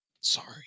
Sorry